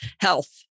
health